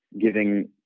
giving